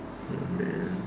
oh man